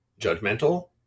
judgmental